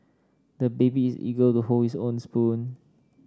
the baby is eager to hold his own spoon